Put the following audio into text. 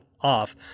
off